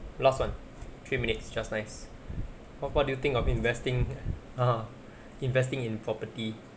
last [one] three minutes just nice what what do you think of investing err investing in property